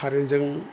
कारेनजों